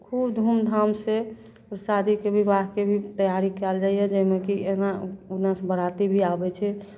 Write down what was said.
खूब धूमधामसँ शादीके विवाहके भी तैयारी कयल जाइए जाहिमे की एहिमे ओन्नऽ सँ बराती भी आबै छै